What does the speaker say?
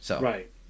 Right